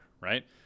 right